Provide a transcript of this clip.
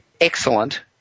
excellent